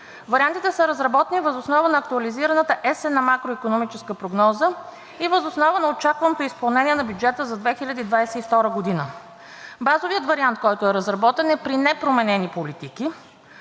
Вариантите са разработени въз основа на актуализираната есенна макроикономическа прогноза и въз основа на очакваното изпълнение на бюджета за 2022 г. Базовият вариант, който е разработен, е при непроменени политики,